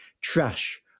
trash